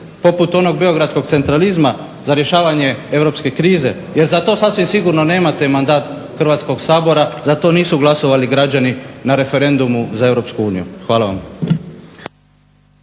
poput onog beogradskog centralizma za rješavanje europske krize, jer za to sasvim sigurno nemate mandat Hrvatskog sabora, za to nisu glasovali građani na referendumu za Europsku uniju. Hvala vam.